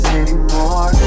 anymore